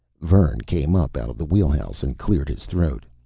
vern came up out of the wheelhouse and cleared his throat.